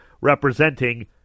representing